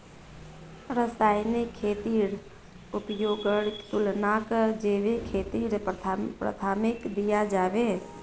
रासायनिक खेतीर उपयोगेर तुलनात जैविक खेतीक प्राथमिकता दियाल जाहा